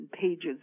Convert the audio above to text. pages